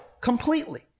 completely